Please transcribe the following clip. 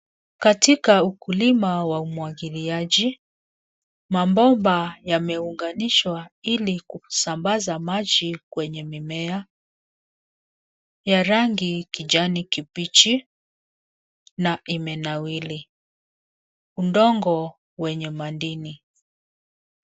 Katika ukulima wa umwangiliaji ,mabomba yameunganishwa ili kusambaza maji kwenye mimea ya rangi kijani kibichi na imenawiri. Udongo wenye madini.